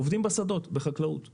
עובד בחקלאות בשדות.